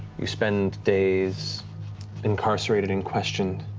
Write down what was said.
you spend days incarcerated and questioned,